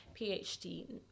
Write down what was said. PhD